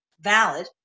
valid